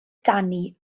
dani